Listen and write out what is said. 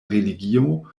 religio